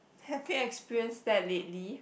happy experience that lately